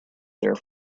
there